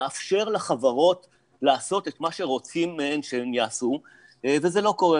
נאפשר לחברות לעשות את מה שרוצים מהן שהן יעשו וזה לא קורה.